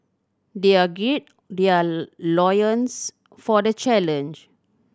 their gird their loins for the challenge